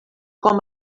com